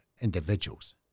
individuals